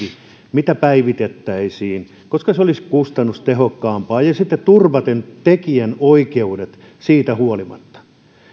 mitä päivitettäisiin koska se olisi kustannustehokkaampaa ja sitten turvaten tekijänoikeudet siitä huolimatta